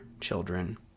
children